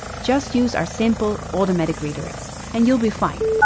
just use our simple automatic redirects, and you'll be fine.